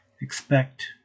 expect